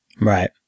Right